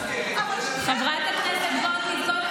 חברת הכנסת גוטליב,